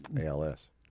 ALS